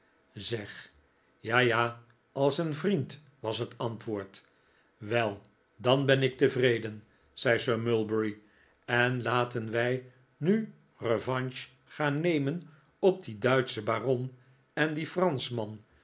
zeg ja ja als een vriend was het antwoord wel dan ben ik tevreden zei sir mulberry en laten wij nu revanche gaan nemen op dien duitschen baron en dien franschman